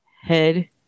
head